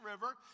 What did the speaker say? river